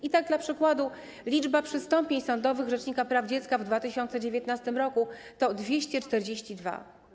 I tak dla przykładu liczba przystąpień sądowych rzecznika praw dziecka w 2019 r. to 242.